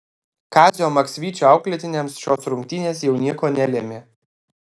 kazio maksvyčio auklėtiniams šios rungtynės jau nieko nelėmė